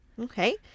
okay